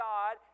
God